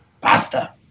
PASTA